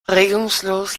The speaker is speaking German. regungslos